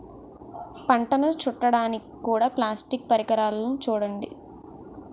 పంటను చుట్టడానికి కూడా ప్లాస్టిక్ పరికరాలున్నాయి చూడండి